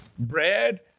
Bread